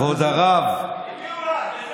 כבוד הרב, כבוד הרב, עם מי הוא רב?